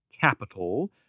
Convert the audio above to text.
capital